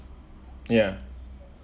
ya